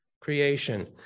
creation